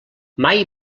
mai